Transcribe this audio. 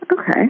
okay